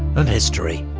and history.